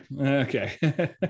Okay